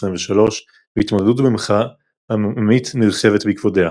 והתמודדות במחאה עממית נרחבת בעקבותיה.